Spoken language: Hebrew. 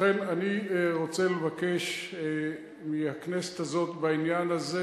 לכן, אני רוצה לבקש מהכנסת הזאת בעניין הזה